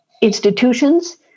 Institutions